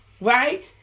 Right